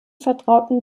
vertrauten